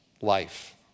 life